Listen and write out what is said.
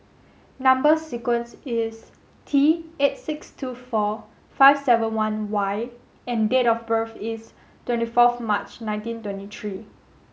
number sequence is T eight six two four five seven one Y and date of birth is twenty fourth March nineteen twenty three